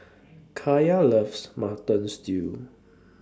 Kaya loves Mutton Stew